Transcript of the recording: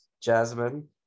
Jasmine